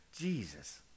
Jesus